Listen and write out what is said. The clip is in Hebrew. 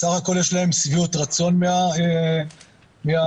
להם שביעות רצון מהמערכת,